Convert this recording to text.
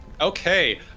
Okay